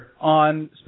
on